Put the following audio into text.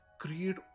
create